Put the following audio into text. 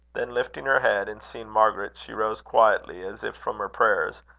then lifting her head, and seeing margaret, she rose quietly, as if from her prayers,